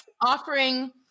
offering